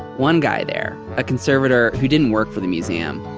one guy there, a conservator who didn't work for the museum,